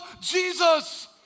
Jesus